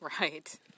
Right